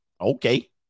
Okay